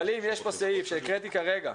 אבל אם יש פה תקנה, כמו זו שהקראתי כרגע,